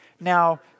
Now